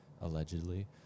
allegedly